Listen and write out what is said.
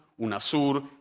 UNASUR